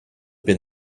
been